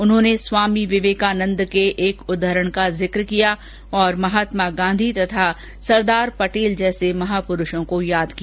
उन्होंने स्वामी विवेकानन्द के एक उद्दरण का जिक्र किया और महात्मा गांधी तथा सरदार पटेल जैसे महाप्रुषों को याद किया